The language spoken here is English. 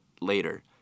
later